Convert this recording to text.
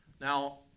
now